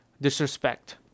disrespect